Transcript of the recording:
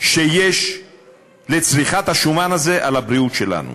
שיש לצריכת השומן הזה על הבריאות שלנו.